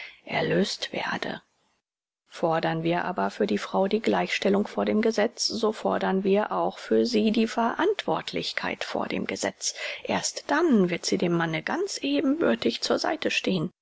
erlöst werde fordern wir aber für die frau die gleichstellung vor dem gesetz so fordern wir auch für sie die verantwortlichkeit vor dem gesetz erst dann wird sie dem manne ganz ebenbürtig zur seite stehen